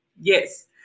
Yes